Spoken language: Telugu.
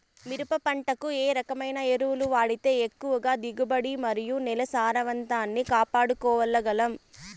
మిరప పంట కు ఏ రకమైన ఎరువులు వాడితే ఎక్కువగా దిగుబడి మరియు నేల సారవంతాన్ని కాపాడుకోవాల్ల గలం?